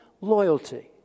Loyalty